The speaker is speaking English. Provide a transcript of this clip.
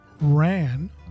ran